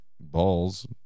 balls